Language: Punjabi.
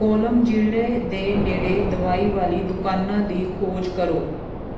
ਕੋਲਮ ਜ਼ਿਲ੍ਹੇ ਦੇ ਨੇੜੇ ਦਵਾਈ ਵਾਲੀ ਦੁਕਾਨਾਂ ਦੀ ਖੋਜ ਕਰੋ